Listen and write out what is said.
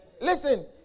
Listen